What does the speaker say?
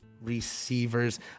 receivers